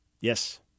Yes